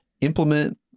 implement